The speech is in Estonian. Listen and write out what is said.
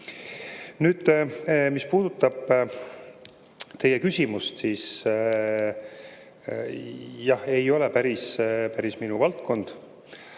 Nüüd, mis puudutab teie küsimust, siis jah, see ei ole päris minu valdkond.